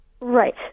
Right